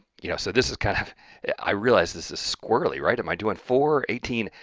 you know so this is kind of i realized this is squirrely, right? am i doing four, eighteen?